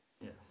Yes